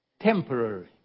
temporary